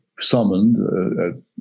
summoned